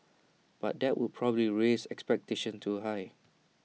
but that would probably raise expectations too high